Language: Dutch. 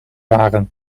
waren